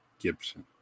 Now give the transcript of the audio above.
Gibson